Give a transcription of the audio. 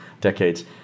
decades